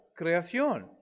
creación